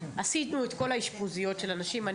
עשינו את כל האשפוזיות של הנשים.